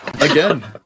Again